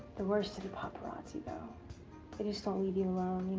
the worst are the paparazzi, though. they just don't leave you alone,